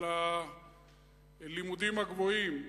על הלימודים הגבוהים,